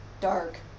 Dark